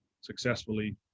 successfully